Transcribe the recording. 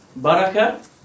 barakah